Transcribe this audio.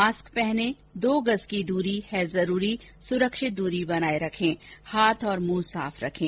mask पहनें दो गज की दूरी है जरूरी सुरक्षित दूरी बनाए रखें हाथ और मुंह साफ रखें